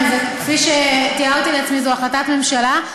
כפי שתיארתי לעצמי זו החלטת ממשלה,